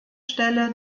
stelle